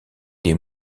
des